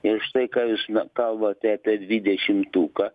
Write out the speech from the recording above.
ir štai ką jūs kalbate apie dvidešimtuką